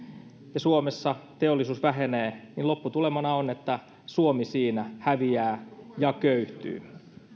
ja suomessa teollisuus vähenee niin lopputulemana on että suomi siinä häviää ja köyhtyy